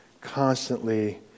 constantly